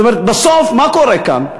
זאת אומרת, בסוף מה קורה כאן?